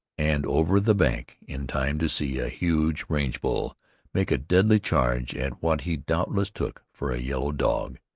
and over the bank in time to see a huge range-bull make a deadly charge at what he doubtless took for a yellow dog.